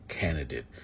candidate